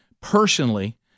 personally